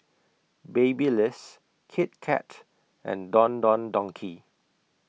Babyliss Kit Kat and Don Don Donki